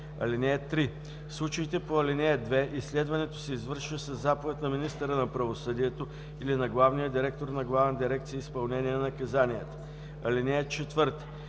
(3) В случаите по ал. 2 изследването се извършва със заповед на министъра на правосъдието или на главния директор на Главна дирекция „Изпълнение на наказанията“. (4)